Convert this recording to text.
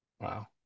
Wow